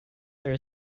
there